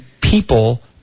people